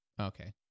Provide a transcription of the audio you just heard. Okay